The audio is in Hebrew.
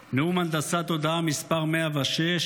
נאום הנדסת תודעה מס' 106,